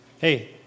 Hey